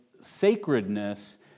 sacredness